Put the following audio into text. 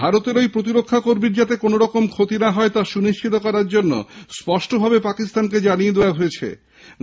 ভারতের ঐ প্রতিরক্ষাকর্মীর যাতে কোনোরকম ক্ষতি না হয় তা সুনিশ্চিত করার জন্য স্পষ্টভাবে পাকিস্তানকে জানিয়ে দেওয়া হয়েছে